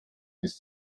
ist